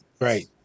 Right